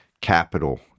capital